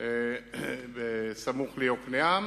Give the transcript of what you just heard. סמוך ליוקנעם,